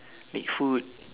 make food